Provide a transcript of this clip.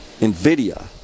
NVIDIA